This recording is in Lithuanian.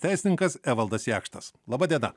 teisininkas evaldas jakštas laba diena